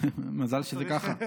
מזל שזה ככה.